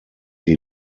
die